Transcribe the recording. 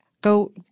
go